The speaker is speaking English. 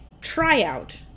tryout